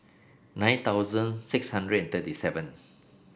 nine thousand six hundred and thirty seven